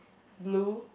blue